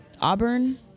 Auburn